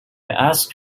ask